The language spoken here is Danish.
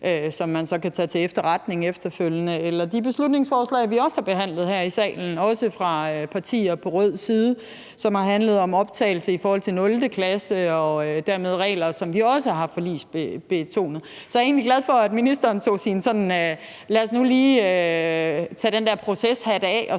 som man så kan tage til efterretning efterfølgende. Så er der de beslutningsforslag, vi også har behandlet her i salen, fra partier på rød side, som har handlet om optagelse i 0. klasse og dermed regler, som vi også har forligsbestemt. Så jeg er egentlig glad for, at ministeren var sådan: Lad os nu lige tage den her proceshat af og